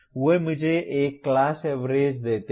वे मुझे एक class average देते हैं